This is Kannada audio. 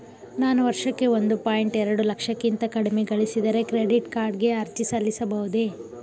ನಾನು ವರ್ಷಕ್ಕೆ ಒಂದು ಪಾಯಿಂಟ್ ಎರಡು ಲಕ್ಷಕ್ಕಿಂತ ಕಡಿಮೆ ಗಳಿಸಿದರೆ ಕ್ರೆಡಿಟ್ ಕಾರ್ಡ್ ಗೆ ಅರ್ಜಿ ಸಲ್ಲಿಸಬಹುದೇ?